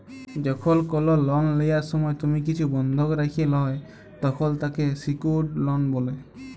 যখল কল লন লিয়ার সময় তুমি কিছু বনধক রাখে ল্যয় তখল তাকে স্যিক্যুরড লন বলে